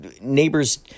Neighbors